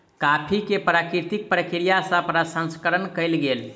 coffee के प्राकृतिक प्रक्रिया सँ प्रसंस्करण कयल गेल